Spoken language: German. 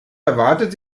erwartet